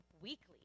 weekly